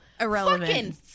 irrelevant